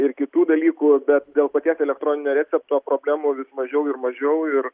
ir kitų dalykų bet dėl paties elektroninio recepto problemų vis mažiau ir mažiau ir